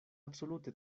absolute